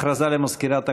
הכרזה למזכירת הכנסת.